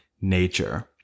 nature